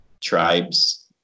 tribes